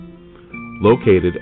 located